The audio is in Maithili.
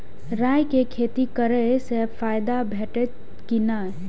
राय के खेती करे स फायदा भेटत की नै?